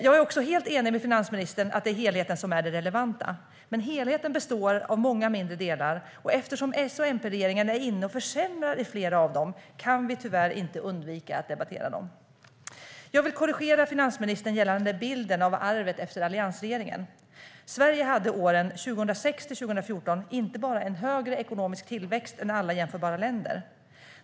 Jag är också helt enig med finansministern om att det är helheten som är det relevanta, men helheten består av många mindre delar, och eftersom S-MP-regeringen är inne och försämrar i flera av dem kan vi tyvärr inte undvika att debattera dem. Jag vill korrigera finansministern gällande bilden av arvet efter alliansregeringen. Sverige hade åren 2006 till 2014 inte bara en högre ekonomisk tillväxt än alla jämförbara länder.